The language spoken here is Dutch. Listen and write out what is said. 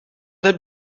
heb